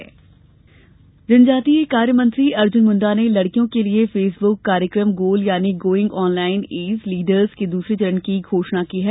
जनजातीय ऑनलाइन जनजातीय कार्यमंत्री अर्जुन मुंडा ने लड़कियों के लिए फेसबुक कार्यक्रम गोल यानी गोइंग ऑनलाइन एज़ लीडर्स के दूसरे चरण की घोषणा की है